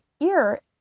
ear